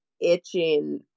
itching